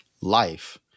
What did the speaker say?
life